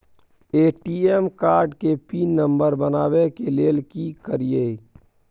ATM card के pin number बनाबै के लेल की करिए?